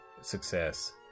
success